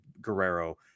Guerrero